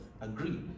agree